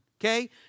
okay